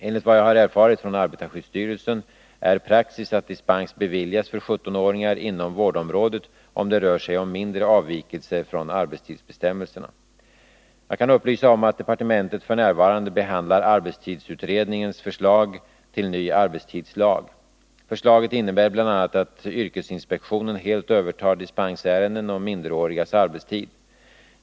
Enligt vad jag har erfarit från arbetarskyddsstyrelsen är praxis att dispens beviljas för 17-åringar inom vårdområdet om det rör sig om mindre avvikelser från arbetstidsbestämmelserna. Jag kan upplysa om att departementet f. n. behandlar arbetstidsutredningens förslag till ny arbetstidslag. Förslaget innebär bl.a. att yrkesinspektionen helt övertar dispensärenden om minderårigas arbetstid.